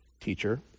teacher